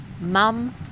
mum